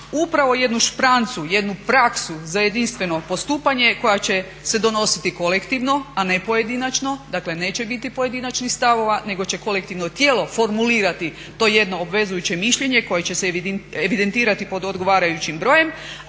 upravo jednu šprancu, jednu praksu za jedinstveno postupanje koja će se donositi kolektivno, a ne pojedinačno, dakle neće biti pojedinačnih stavova nego će kolektivno tijelo formulirati to jedno obvezujuće mišljenje koje će se evidentirati pod odgovarajućim brojem,